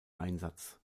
einsatz